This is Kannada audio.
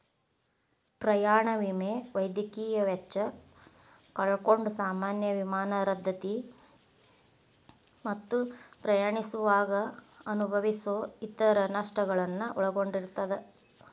ಪ್ರಯಾಣ ವಿಮೆ ವೈದ್ಯಕೇಯ ವೆಚ್ಚ ಕಳ್ಕೊಂಡ್ ಸಾಮಾನ್ಯ ವಿಮಾನ ರದ್ದತಿ ಮತ್ತ ಪ್ರಯಾಣಿಸುವಾಗ ಅನುಭವಿಸೊ ಇತರ ನಷ್ಟಗಳನ್ನ ಒಳಗೊಂಡಿರ್ತದ